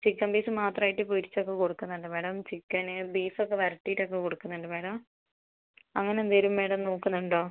chicken piece മാത്രം ആയിട്ട് പൊരിച്ച് ഒക്കെ കൊടുക്കുന്നുണ്ട് മാഡം ചിക്കന് ബീഫ് ഒക്കെ വരട്ടീട്ട് ഒക്കെ കൊടുക്കുന്നുണ്ട് മാഡം അങ്ങനെ എന്തേലും മാഡം നോക്കുന്നുണ്ടോ